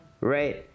Right